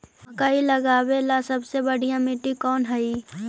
मकई लगावेला सबसे बढ़िया मिट्टी कौन हैइ?